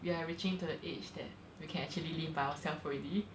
we are reaching to the age that we can actually by ourself already ya